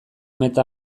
meta